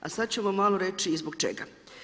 A sad ćemo malo reći i zbog čega.